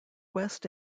west